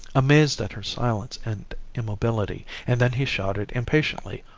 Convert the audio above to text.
amazed at her silence and immobility, and then he shouted impatiently,